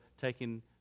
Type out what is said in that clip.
taking